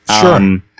Sure